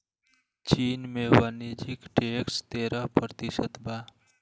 चीन में वाणिज्य टैक्स तेरह प्रतिशत बा